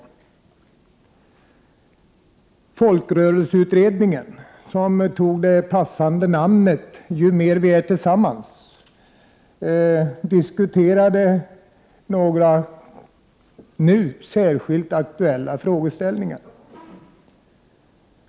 I folkrörelseutredningen, som tog det passande namnet Ju mer vi är tillsammans, har man diskuterat några nu särskilt aktuella frågeställningar.